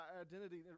identity